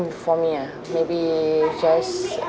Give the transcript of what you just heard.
for me ah maybe just